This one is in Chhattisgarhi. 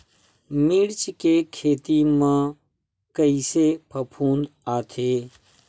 मिर्च के खेती म कइसे फफूंद आथे?